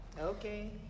Okay